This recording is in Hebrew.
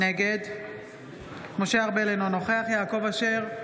נגד משה ארבל, אינו נוכח יעקב אשר,